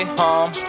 home